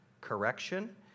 correction